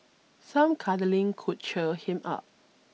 some cuddling could cheer him up